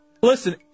listen